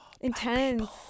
Intense